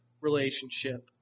relationship